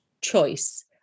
choice